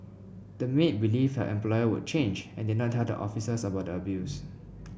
the maid believed her employer would change and did not tell the officers about the abuse